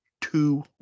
two